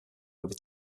over